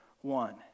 one